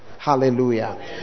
Hallelujah